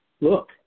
look